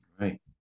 Right